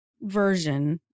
version